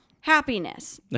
Happiness